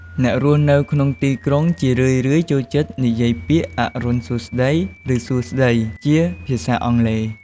អ្នករស់នៅក្នុងទីក្រុងជារឿយៗចូលចិត្តនិយាយពាក្យ "អរុណសួស្តី" ឬ "សួស្តី" ជាភាសាអង់គ្លេស។